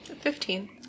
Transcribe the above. Fifteen